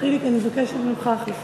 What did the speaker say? לוועדת החוץ